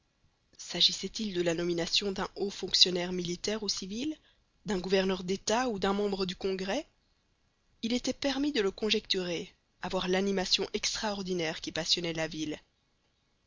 s'agissait-il de la nomination d'un haut fonctionnaire militaire ou civil d'un gouverneur d'état ou d'un membre du congrès il était permis de le conjecturer à voir l'animation extraordinaire qui passionnait la ville